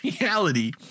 reality